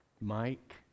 Mike